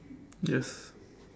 yes